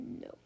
No